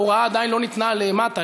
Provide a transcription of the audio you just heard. ההוראה עדיין לא ניתנה למטה,